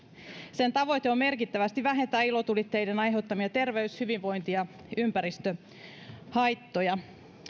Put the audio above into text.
sen tavoite on merkittävästi vähentää ilotulitteiden aiheuttamia terveys hyvinvointi ja ympäristöhaittoja